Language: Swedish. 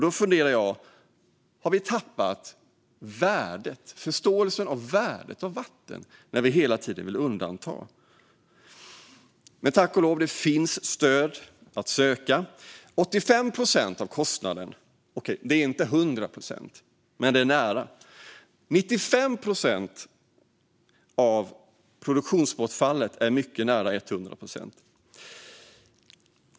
Då undrar jag: Har vi tappat förståelsen för värdet av vatten när vi hela tiden vill göra undantag? Tack och lov finns det stöd att söka för 85 procent av kostnaden. Okej, det är inte 100 procent, men det är nära. 95 procent av produktionsbortfallet är mycket nära 100 procent.